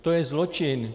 To je zločin.